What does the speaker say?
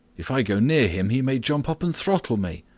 if i go near him he may jump up and throttle me,